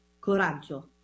Coraggio